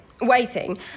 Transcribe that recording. waiting